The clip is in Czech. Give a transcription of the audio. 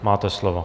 Máte slovo.